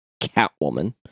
Catwoman